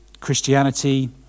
Christianity